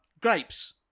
Grapes